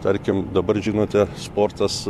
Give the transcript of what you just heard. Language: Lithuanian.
tarkim dabar žinote sportas